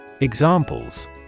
Examples